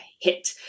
hit